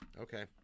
Okay